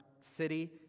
city